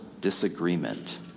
disagreement